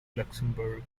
luxembourg